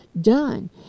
done